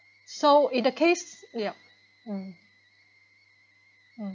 so in the case yup mm mm